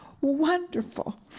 wonderful